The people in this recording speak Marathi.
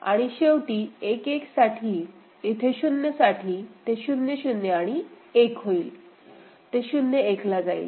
आणि शेवटी 1 1 साठी इथे 0 साठी ते 0 0 आणि 1 होईल ते 0 1 ला जाईल